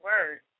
Word